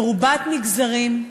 מרובת מגזרים,